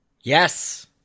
yes